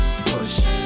push